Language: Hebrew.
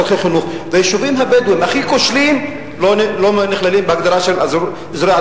זכויות אדם בשטחים הכבושים בצורה מאוזנת ביותר,